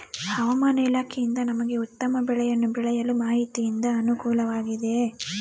ಹವಮಾನ ಇಲಾಖೆಯಿಂದ ನಮಗೆ ಉತ್ತಮ ಬೆಳೆಯನ್ನು ಬೆಳೆಯಲು ಮಾಹಿತಿಯಿಂದ ಅನುಕೂಲವಾಗಿದೆಯೆ?